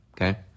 Okay